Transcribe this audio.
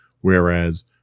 whereas